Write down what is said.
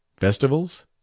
Festivals